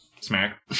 Smack